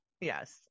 Yes